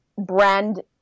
brand